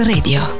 Radio